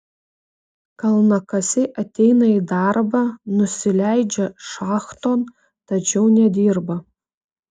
kalnakasiai ateina į darbą nusileidžia šachton tačiau nedirba